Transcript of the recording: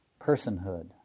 personhood